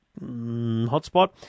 hotspot